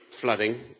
flooding